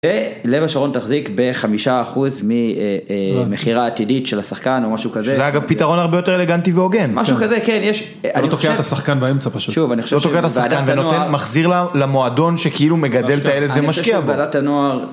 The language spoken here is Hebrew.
ולב השרון תחזיק בחמישה אחוז ממחירה עתידית של השחקן או משהו כזה. שזה אגב פתרון הרבה יותר אלגנטי והוגן. משהו כזה כן יש. לא תוקע את השחקן באמצע פשוט. שוב אני חושב שוועדת הנוער. לא תוקע את השחקן ונותן מחזיר למועדון שכאילו מגדל את הילד ומשקיע בו. אני חושב שוועדת הנוער.